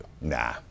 Nah